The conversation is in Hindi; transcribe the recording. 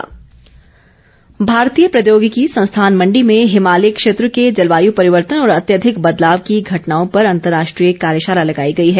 कार्यशाला भारतीय प्रौद्योगिकी संस्थान मण्डी में हिमालयी क्षेत्र के जलवायु परिवर्तन और अत्यधिक बदलाव की घटनाओं पर अंतर्राष्ट्रीय कार्यशाला लगाई गई है